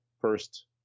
first